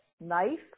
knife